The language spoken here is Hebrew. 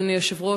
אדוני היושב-ראש,